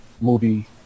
movie